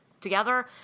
together